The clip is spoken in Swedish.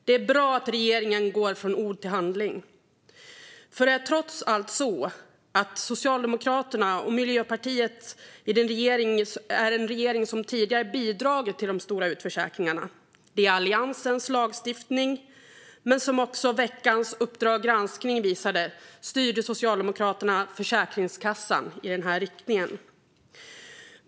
Det är bra att regeringen går från ord till handling. Socialdemokraterna och Miljöpartiet utgör trots allt en regering som tidigare har bidragit till de stora utförsäkringarna. Det är Alliansens lagstiftning, men som veckans Uppdrag granskning visade styrde Socialdemokraterna Försäkringskassan i denna riktning.